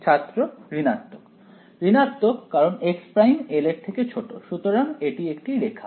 ছাত্র ঋণাত্মক ঋণাত্মক কারণ x′ l সুতরাং এটি একটি রেখা